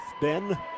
ben